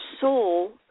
soul